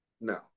no